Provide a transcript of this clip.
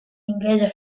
inglese